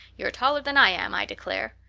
you're taller than i am, i declare.